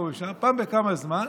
פעם בכמה זמן